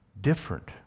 different